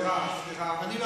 רבותי.